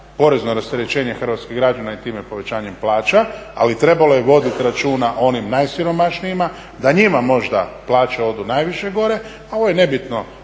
porezno rasterećenje hrvatskih građana i time povećanje plaća ali trebalo je voditi računa o onim najsiromašnijima da njima možda plaće odu najviše gore, a ovo je nebitno